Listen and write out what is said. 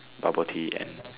bubble tea and